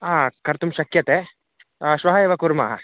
हा कर्तुं शक्यते श्वः एव कुर्मः